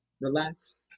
Relax